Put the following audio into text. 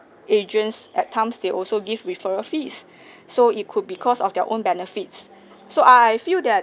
agents at times they also give referral fees so it could because of their own benefits so I I feel that